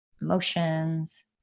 emotions